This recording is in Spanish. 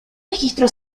registro